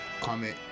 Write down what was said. comment